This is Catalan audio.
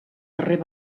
darrer